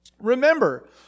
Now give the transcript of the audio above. remember